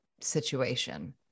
situation